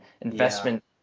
investment